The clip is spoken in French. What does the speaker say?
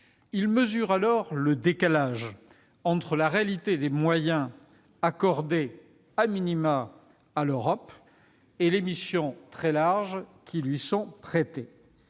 Ils mesurent alors le décalage entre la réalité des moyens accordés à l'Europe et les missions très larges qui lui sont confiées.